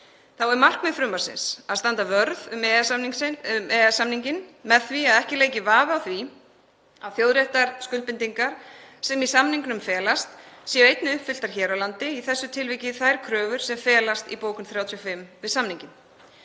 Þá er markmið frumvarpsins að standa vörð um EES-samninginn með því að ekki leiki vafi á því að þjóðréttarskuldbindingar sem í samningnum felast séu einnig uppfylltar hér á landi, í þessu tilviki þær kröfur sem felast í bókun 35 við samninginn.